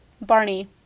Barney